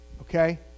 Okay